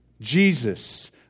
Jesus